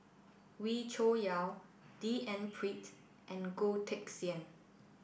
Wee Cho Yaw D N Pritt and Goh Teck Sian